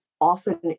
often